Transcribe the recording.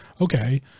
okay